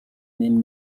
même